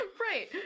Right